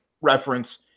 reference